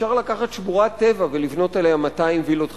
אפשר לקחת שמורת טבע ולבנות עליה 200 וילות חדשות,